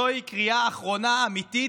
זוהי קריאה אחרונה, אמיתית,